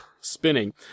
spinning